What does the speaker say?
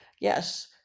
Yes